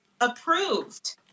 approved